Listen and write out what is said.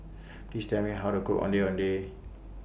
Please Tell Me How to Cook Ondeh Ondeh